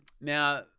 Now